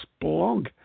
blog